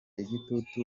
igitutu